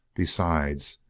besides,